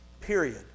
Period